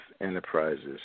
Enterprises